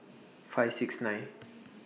five six nine